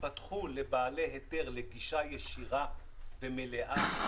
ייפתחו לבעלי היתר לגישה ישירה ומלאה.